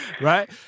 Right